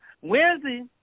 Wednesday